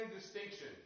distinction